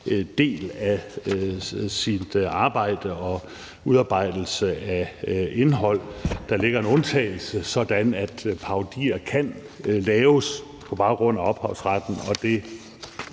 del af udarbejdelse af indhold. Der ligger en undtagelse, således at parodier kan laves på baggrund af ophavsretten, og det